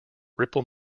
ripple